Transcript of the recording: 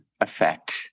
effect